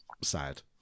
sad